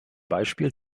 beispiel